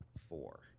four